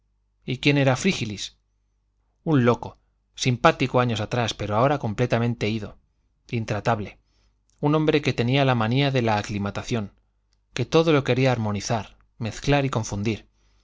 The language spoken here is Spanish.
y quién era frígilis un loco simpático años atrás pero ahora completamente ido intratable un hombre que tenía la manía de la aclimatación que todo lo quería armonizar mezclar y confundir